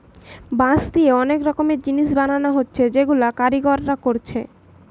বাঁশ দিয়ে অনেক রকমের জিনিস বানানা হচ্ছে যেগুলা কারিগররা কোরছে